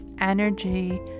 energy